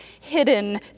hidden